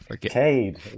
Cade